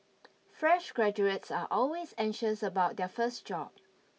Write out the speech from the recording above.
fresh graduates are always anxious about their first job